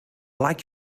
like